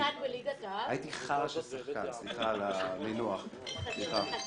הייתי חרא של שחקן, סליחה על המינוח, מתנצל,